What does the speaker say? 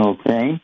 Okay